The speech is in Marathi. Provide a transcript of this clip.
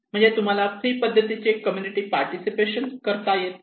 म्हणजेच तुम्हाला फ्री पद्धतीचे कम्युनिटी पार्टिसिपेशन करता येत नाही